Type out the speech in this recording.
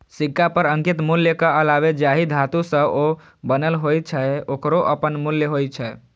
सिक्का पर अंकित मूल्यक अलावे जाहि धातु सं ओ बनल होइ छै, ओकरो अपन मूल्य होइ छै